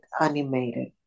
animated